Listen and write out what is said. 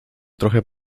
trochę